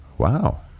Wow